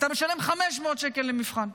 אתה משלם 500 שקל למבחן.